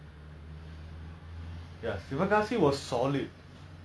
oh !aiyoyo! sivakasi யா அந்த படம் ரொம்ப சிரிப்பா இருக்கும்:yaa antha padam romba sirippaa irukkum